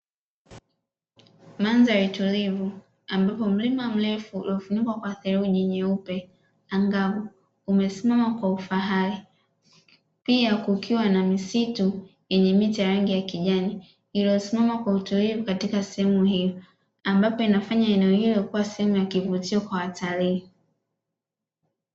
Mandhari tulivu ambapo mlima mrefu uliofunikwa kwa theluji nyeupe angavu, umesimama kwa ufahari, pia kukiwa na misitu yenye miti ya rangi ya kijani iliyosimama kwa utulivu katika sehemu hiyo ambapo inafanya eneo hilo kuwa sehemu ya kivutio kwa watalii.